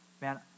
Man